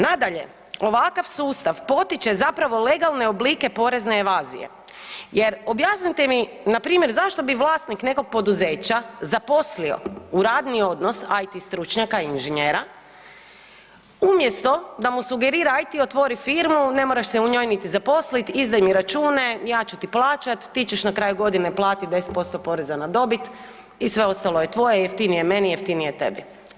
Nadalje, ovakav sustav potiče zapravo legalne oblike porezne evazije jer objasnite mi npr. zašto bi vlasnik nekog poduzeća zaposlio u radni odnos IT stručnjaka, inženjera umjesto da mu sugerira aj ti otvori firmu ne moraš se u njoj niti zaposliti, izdaj mi račune, ja ću ti plaćati, ti ćeš na kraju godine platiti 10% poreza na dobit i sve ostalo je tvoje, jeftinije meni, jeftinije tebi.